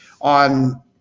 on